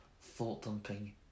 Thought-dumping